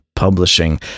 publishing